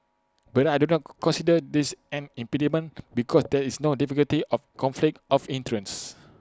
but I do not come consider this an impediment because there is no difficulty of conflict of interest